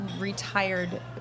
retired